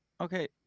okay